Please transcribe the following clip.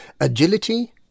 Agility